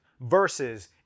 versus